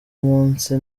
munsi